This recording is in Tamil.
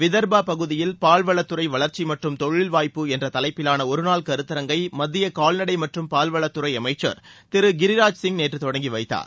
விதர்பா பகுதியில் பால்வளத்துறை வளர்ச்சி மற்றும் தொழில் வாய்ப்பு என்ற தலைப்பிலான ஒரு நாள் கருத்தரங்கை மத்திய காவ்நடை மற்றும் பால்வளத்துறை அமைச்சர் திரு கிரிராஜ் சிங் நேற்று தொடங்கி வைத்தார்